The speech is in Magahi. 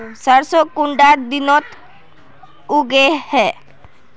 सरसों कुंडा दिनोत उगैहे?